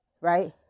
right